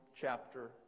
chapter